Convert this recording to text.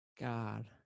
God